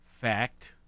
fact